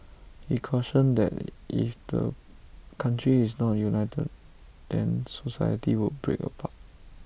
he cautioned that if the country is not united then society would break apart